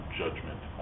judgment